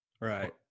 right